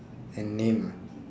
and name ah